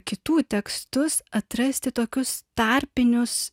kitų tekstus atrasti tokius tarpinius